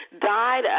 Died